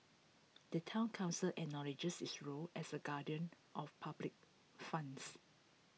the Town Council acknowledges its role as A guardian of public funds